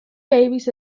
babies